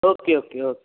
okay okay okay